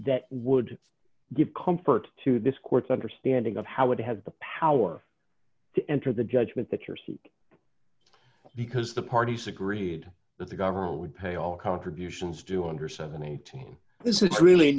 that would give comfort to this court's understanding of how it has the power to enter the judgment that you're seek because the parties agreed that the government would pay all contributions do under seventy dollars to him this is really